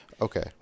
okay